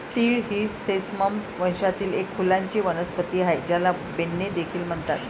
तीळ ही सेसमम वंशातील एक फुलांची वनस्पती आहे, ज्याला बेन्ने देखील म्हणतात